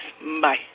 Bye